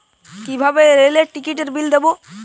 কিভাবে রেলের টিকিটের বিল দেবো?